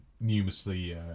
numerously